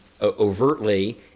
overtly